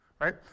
right